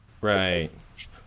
Right